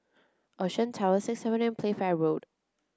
Ocean Towers Sixth Avenue and Playfair Road